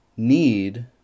need